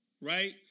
right